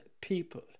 people